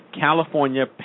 California